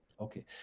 Okay